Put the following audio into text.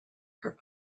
her